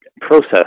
process